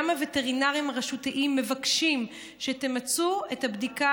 גם הווטרינרים הרשותיים מבקשים שתמצו את הבדיקה